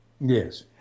Yes